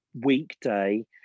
weekday